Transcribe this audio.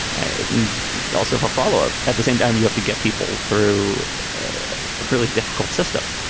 and also for follow up at the same time, you have to get people through a fairly difficult system.